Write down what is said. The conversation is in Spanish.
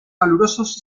calurosos